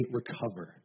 recover